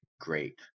great